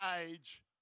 age